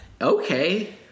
okay